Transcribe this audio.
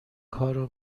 کارو